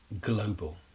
global